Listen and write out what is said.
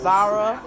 Zara